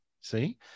See